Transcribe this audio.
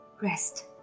Rest